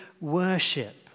worship